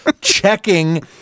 checking